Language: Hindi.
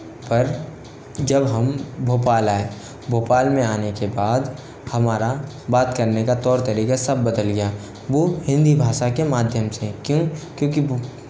पर जब हम भोपाल आए भोपाल में आने के बाद हमारा बात करने का तौर तरीक़ा सब बदल गया वो हिंदी भाषा के माध्यम से क्यों क्योंकि